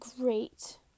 great